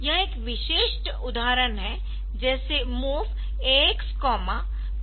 यह एक विशिष्ट उदाहरण है जैसे MOV AX BX 08H